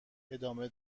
ادامه